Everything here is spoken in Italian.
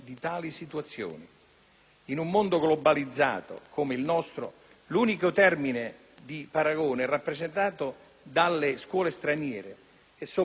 In un mondo globalizzato come il nostro, l'unico termine di paragone è rappresentato dalle scuole straniere; è soprattutto con queste